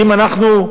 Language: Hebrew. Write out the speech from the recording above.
האם אנחנו,